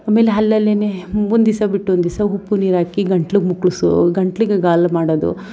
ಆಮೇಲೆ ಅಲ್ಲಲ್ಲೆಯೇ ಒಂದು ದಿವಸ ಬಿಟ್ಟು ಒಂದು ದಿವಸ ಉಪ್ಪು ನೀರಾಕಿ ಗಂಟಲು ಮುಕ್ಕಳಿಸೋ ಗಂಟಲಿಗೆ ಗಾಗಲ್ ಮಾಡೋದು